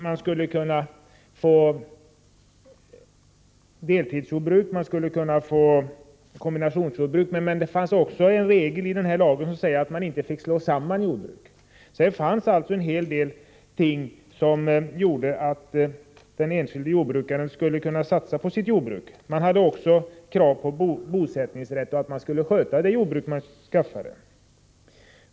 Man skulle kunna få deltidsjordbruk och kombinationsjordbruk, men det fanns också en regel i lagen som sade att man inte fick slå samman jordbruk. Det fanns alltså en hel del ting som gjorde att den enskilde jordbrukaren skulle kunna satsa på sitt jordbruk. Det ställdes också krav på att man skulle vara bosatt på fastigheten och att man skulle sköta det jordbruk man skaffade.